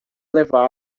levá